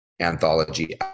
anthology